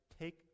take